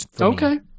okay